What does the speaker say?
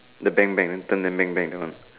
the bang bang then turn then bang bang that one